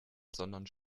sondern